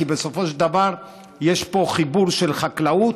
כי בסופו של דבר יש פה חיבור של חקלאות,